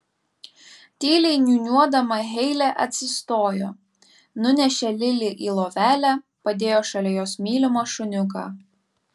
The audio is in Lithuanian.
tyliai niūniuodama heilė atsistojo nunešė lili į lovelę padėjo šalia jos mylimą šuniuką